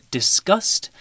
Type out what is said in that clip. disgust